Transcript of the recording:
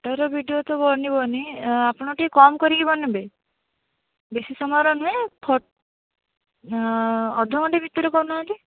ଧର ଭିଡ଼ିଓଟେ ବନିବନି ଆପଣ ଟିକିଏ କମ୍ କରିକି ବନେଇବେ ବେଶୀ ସମୟର ନୁହେଁ ଅଧଘଣ୍ଟେ ଭିତିରେ କରୁନାହାନ୍ତି